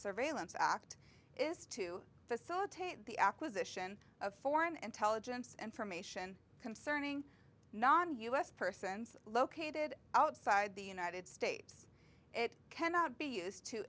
surveillance act is to facilitate the acquisition of foreign intelligence and from ation concerning non u s persons located outside the united states it cannot be used to